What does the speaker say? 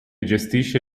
gestisce